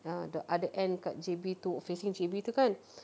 ah the other end kat J_B itu facing J_B itu kan